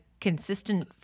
consistent